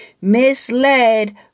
misled